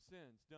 Sin's